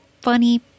funny